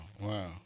wow